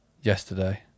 yesterday